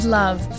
love